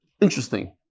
interesting